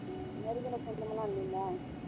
ம் நெருங்கின சொந்தமெல்லாம் இல்லைங்களா